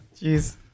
Jeez